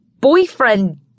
boyfriend